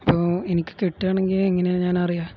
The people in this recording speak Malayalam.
അപ്പോള് എനിക്കു കിട്ടുകയാണെങ്കില് എങ്ങനെയാണു ഞാൻ അറിയുക